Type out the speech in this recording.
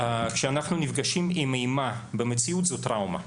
כשאנחנו נפגשים עם אימה במציאות, זאת טראומה.